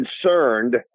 concerned